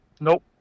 Nope